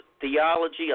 Theology